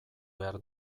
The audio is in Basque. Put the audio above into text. behar